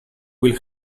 will